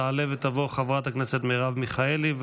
תעלה ותבוא חברת הכנסת מרב מיכאלי,